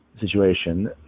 situation